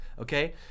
Okay